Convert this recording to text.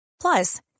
Plus